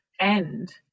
end